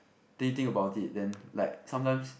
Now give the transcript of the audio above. then you think about it then like sometimes